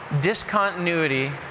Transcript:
discontinuity